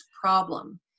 problem